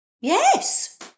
Yes